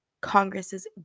Congress's